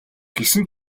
гэсэн